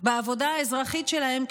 בעבודה האזרחית שלהם,